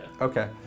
Okay